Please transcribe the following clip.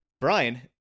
Brian